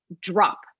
drop